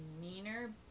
meaner